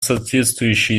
соответствующие